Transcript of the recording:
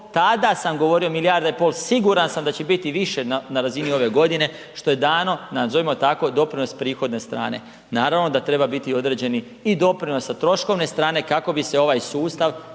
tada sam govorio 1,5 milijarda, siguran sam da će biti i više na razini ove godine, što je dano, nazovimo tako doprinos prihodne strane, naravno da treba biti i određeni i doprinos sa troškovne strane kako bi se ovaj sustav